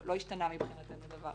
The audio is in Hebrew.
לא השתנה מבחינתנו דבר.